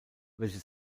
welche